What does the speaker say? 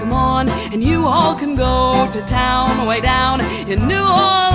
on. and you all can go to town on the way down you know